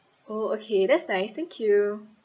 oh okay that's nice thank you